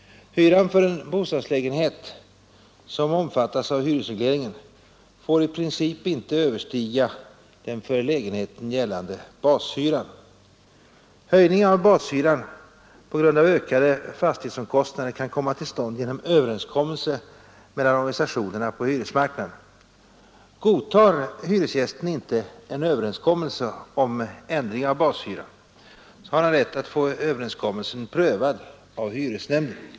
Hyran för en bostadslägenhet som omfattas av hyresregleringen får i princip ej överstiga den för lägenheten gällande bashyran. Höjning av bashyran på grund av ökade fastighetsomkostnader kan komma till stånd genom överenskommelse mellan organisationerna på hyresmarknaden. Godtar inte hyresgästen en överenskommelse om ändring av bashyra, har han rätt att få överenskommelsen prövad av hyresnämnden.